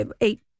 eight